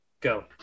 Go